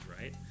right